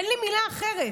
אין לי מילה אחרת,